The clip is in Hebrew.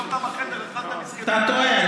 ישבת בחדר, אתה טועה.